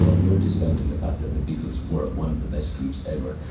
ah no discounting the fact that the beatles were one of the best groups ever,